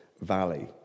valley